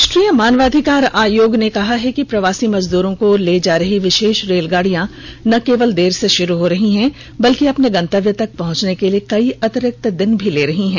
राष्ट्रीय मानवाधिकार आयोग ने कहा कि प्रवासी मजदूरों को ले जा रही विशेष रेलगाड़ियां न केवल देर से शुरू हो रही हैं बल्कि अपने गंतव्य तक पहंचने के लिए कई अतिरिक्त दिन भी ले रही हैं